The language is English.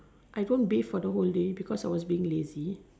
I don't bathe for the whole day because I was being lazy